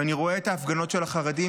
ואני רואה את ההפגנות של החרדים,